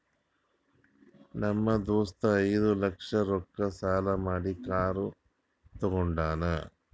ನಮ್ ದೋಸ್ತ ಐಯ್ದ ಲಕ್ಷ ರೊಕ್ಕಾ ಸಾಲಾ ಮಾಡಿ ಕಾರ್ ತಗೊಂಡಾನ್